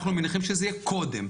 אנחנו מניחים שזה יהיה קודם,